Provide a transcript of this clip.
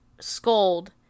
scold